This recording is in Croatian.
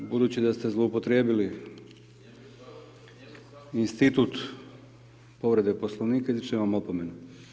Budući da ste zloupotrijebili institut povrede Poslovnika, izričem vam opomenu.